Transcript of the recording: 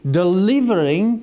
delivering